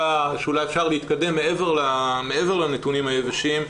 שאולי אפשר להתקדם מעבר לנתונים היבשים.